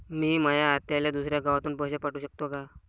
मी माया आत्याले दुसऱ्या गावातून पैसे पाठू शकतो का?